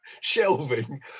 shelving